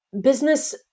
business